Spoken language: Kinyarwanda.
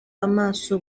amaso